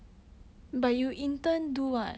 so